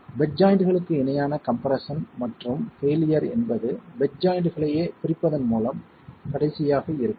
bed ஜாய்ண்ட்களுக்கு இணையான compression மற்றும் பெயிலியர் என்பது பெட் ஜாய்ண்ட்களையே பிரிப்பதன் மூலம் கடைசியாக இருக்கும்